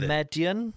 Median